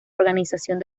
organización